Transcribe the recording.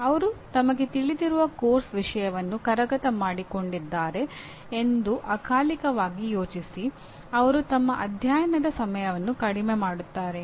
ಅವರು ತಮಗೆ ತಿಳಿದಿರುವ ಪಠ್ಯಕ್ರಮದ ವಿಷಯವನ್ನು ಕರಗತ ಮಾಡಿಕೊಂಡಿದ್ದಾರೆ ಎಂದು ಅಕಾಲಿಕವಾಗಿ ಯೋಚಿಸಿ ಅವರು ತಮ್ಮ ಅಧ್ಯಯನದ ಸಮಯವನ್ನು ಕಡಿಮೆ ಮಾಡುತ್ತಾರೆ